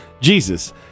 Jesus